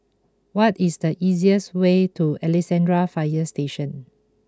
what is the easiest way to Alexandra Fire Station